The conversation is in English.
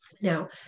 Now